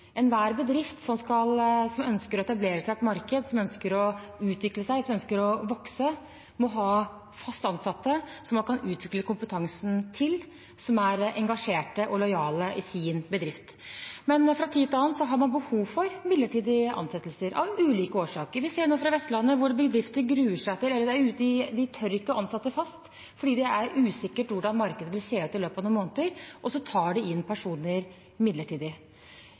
Enhver bedrift som ønsker å etablere seg i et marked, som ønsker å utvikle seg, som ønsker å vokse, må ha fast ansatte som man kan utvikle kompetansen til, som er engasjerte og lojale i sin bedrift. Men fra tid til annen har man behov for midlertidige ansettelser, av ulike årsaker. Vi ser nå fra Vestlandet, hvor bedrifter ikke tør å ansette fast fordi det er usikkert hvordan markedet vil se ut i løpet av noen måneder, og så tar de inn personer midlertidig.